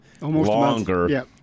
longer